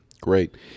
great